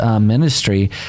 ministry